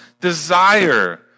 desire